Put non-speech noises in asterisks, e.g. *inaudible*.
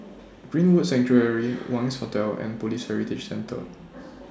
*noise* Greenwood Sanctuary Wangz Hotel and Police Heritage Centre